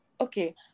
okay